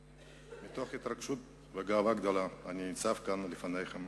מתוך התרגשות וגאווה גדולה אני ניצב כאן לפניכם